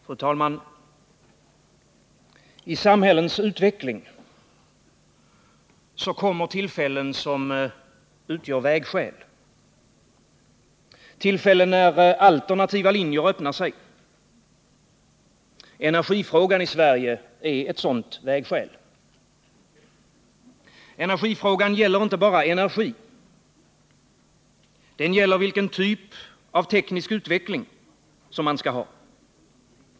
Fru talman! I samhällens utveckling kommer tillfällen som utgör vägskäl, tillfällen när alternativa linjer öppnar sig. Energifrågan i Sverige är ett sådant vägskäl. Energifrågan gäller inte bara energi. Den gäller vilken typ av teknisk utveckling som man skall ha.